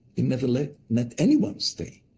they never let, not anyone stay.